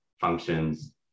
functions